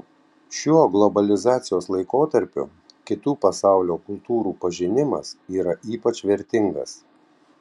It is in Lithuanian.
šiuo globalizacijos laikotarpiu kitų pasaulio kultūrų pažinimas yra ypač vertingas